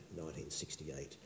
1968